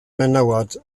menywod